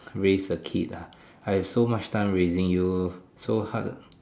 raise a kid ah I had so much time raising you so hard